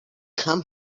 come